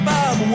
Bob